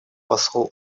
посол